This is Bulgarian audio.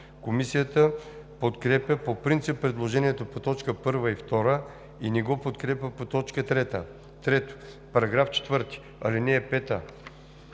Комисията подкрепя по принцип предложението по точки 1 и 2 и не го подкрепя по т. 3: „3. В § 4, чл. 5, ал.